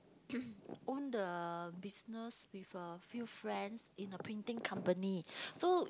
own the business with a few friends in a printing company so